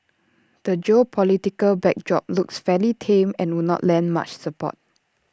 the geopolitical backdrop looks fairly tame and would not lend much support